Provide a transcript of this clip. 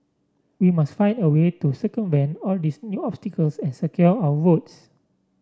we must find a way to circumvent all these new obstacles and secure our votes